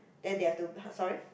then they have to sorry